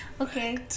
Okay